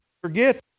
forget